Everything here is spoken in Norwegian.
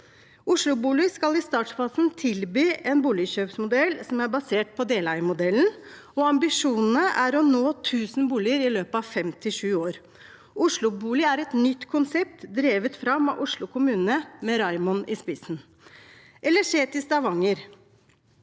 OsloBolig skal i startfasen tilby en boligkjøpsmodell som er basert på deleiermodellen, og ambisjonen er å nå 1 000 boliger i løpet av 5–7 år. OsloBolig er et nytt konsept drevet fram av Oslo kommune, med Raymond i spissen. Eller se til Stavanger